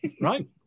Right